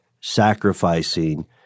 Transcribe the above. sacrificing